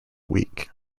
week